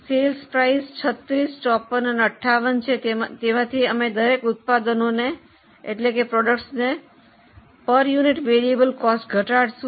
વેચાણ કિંમત 36 54 અને 58 છે તેમાંથી અમે દરેક ઉત્પાદનો એકમ દીઠ ચલિત ખર્ચ ઘટાડીશું